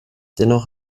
dennoch